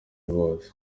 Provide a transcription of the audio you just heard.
hose